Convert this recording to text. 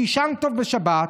שיישן טוב בשבת,